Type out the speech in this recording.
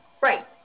Right